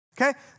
okay